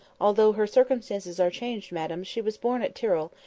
although her circumstances are changed, madam, she was born at tyrrell,